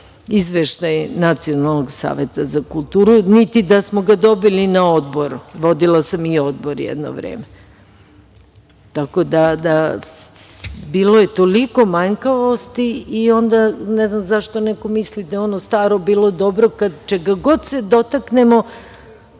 izveštaje Nacionalnog saveta za kulturu, niti da smo ga dobili na Odboru. Vodila sam i Odbor jedno vreme. Bilo je toliko manjkavosti i onda ne znam zašto neko misli da je ono staro bilo dobro kad čega god se dotaknemo,